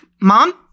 mom